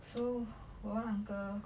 so got one uncle